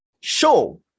show